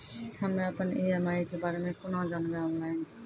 हम्मे अपन ई.एम.आई के बारे मे कूना जानबै, ऑनलाइन?